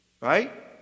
Right